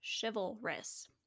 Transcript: chivalrous